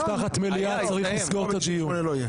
סליחה, נפתחת מליאה, צריך לסגור את הדיון.